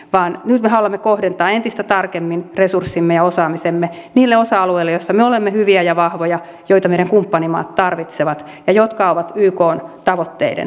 nyt me haluamme kohdentaa entistä tarkemmin resurssimme ja osaamisemme niille osa alueille joilla me olemme hyviä ja vahvoja joita meidän kumppanimaat tarvitsevat ja jotka ovat ykn tavoitteiden mukaisia